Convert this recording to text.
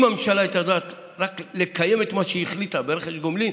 אם הממשלה הייתה יודעת רק לקיים את מה שהיא החליטה ברכש גומלין,